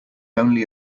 only